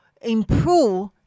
improve